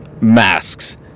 masks